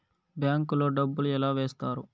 bank లో డబ్బులు ఎలా వేస్తారు